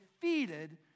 defeated